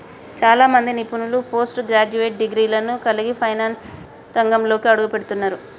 చాలా మంది నిపుణులు పోస్ట్ గ్రాడ్యుయేట్ డిగ్రీలను కలిగి ఫైనాన్స్ రంగంలోకి అడుగుపెడుతున్నరు